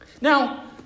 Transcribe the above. Now